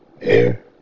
air